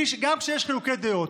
גם כשיש חילוקי דעות.